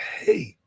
hate